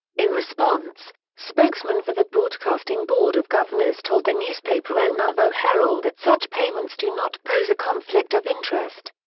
in response, spokesmen for the broadcasting board of governors told the newspaper el nuevo herald that such payments do not pose a conflict of interest.